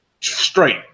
straight